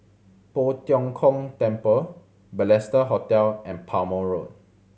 Poh Tiong Kiong Temple Balestier Hotel and Palmer Road